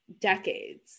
decades